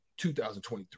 2023